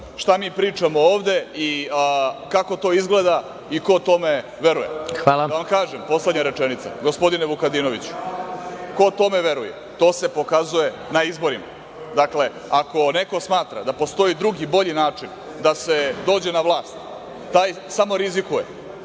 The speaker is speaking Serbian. šta mi pričamo ovde i kako to izgleda i ko tome veruje? Da vam kažem, poslednja rečenica, gospodine Vukadinoviću, ko tome veruje, to se pokazuje na izborima. Dakle, ako neko smatra da postoji drugi, bolji način da se dođe na vlast, taj samo rizikuje